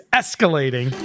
escalating